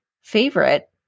favorite